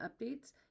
updates